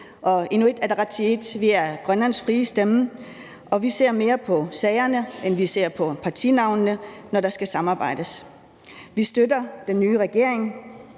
Inuit Ataqatigiit er Grønlands frie stemme, og vi ser mere på sagerne, end vi ser på partinavnene, når der skal samarbejdes. Vi støtter den nye regering,